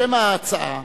לשמע ההצעה